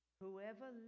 whoever